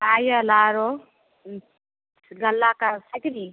पायल आरो गल्ला का है कि नहीं